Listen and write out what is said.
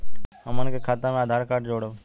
हमन के खाता मे आधार कार्ड जोड़ब?